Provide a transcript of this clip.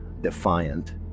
defiant